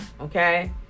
okay